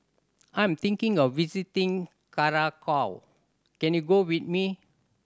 I am thinking of visiting Curacao can you go with me